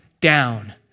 down